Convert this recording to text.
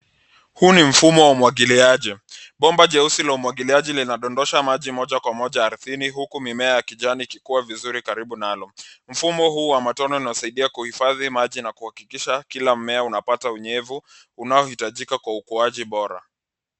Huu ni mfumo wa umwagiliaji. Bomba jeusi la umwagiliaji linadondosha maji moja kwa moja ardhini huku mimea ya kijani yakikua vizuri karibu nalo. Mfumo huu wa matone unasaidia kuhifadhi maji na kuhakikisha kila mmea unapata unyevu unaohitajika kwa ukuaji bora.